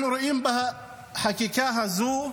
אנחנו רואים בחקיקה הזו,